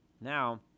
Now